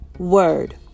word